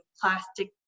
plastic